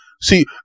See